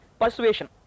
persuasion